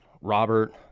Robert